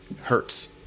hurts